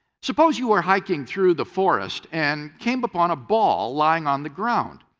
suppose you were hiking through the forest and came upon a ball lying on the ground.